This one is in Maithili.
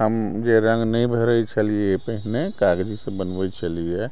हम जे रंग नहि भरै छलियै पहिने कागजे से बनबै छलियै